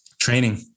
training